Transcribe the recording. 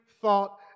thought